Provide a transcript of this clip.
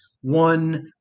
one